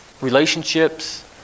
relationships